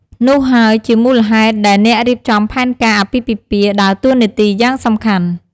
នោះហើយជាមូលហេតុដែលអ្នករៀបចំផែនការអាពាហ៍ពិពាហ៍ដើរតួនាទីយ៉ាងសំខាន់។